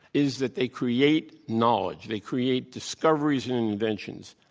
is that they create knowledge. they create discoveries and inventions.